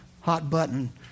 hot-button